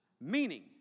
Meaning